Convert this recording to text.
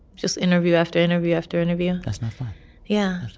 just interview after interview after interview that's not fun yeah